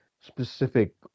specific